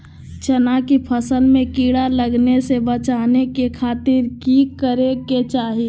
चना की फसल में कीड़ा लगने से बचाने के खातिर की करे के चाही?